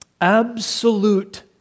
absolute